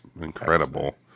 Incredible